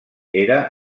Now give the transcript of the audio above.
era